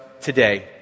today